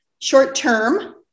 short-term